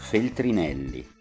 Feltrinelli